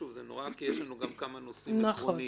כי יש לנו גם כמה נושאים עקרוניים,